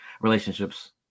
relationships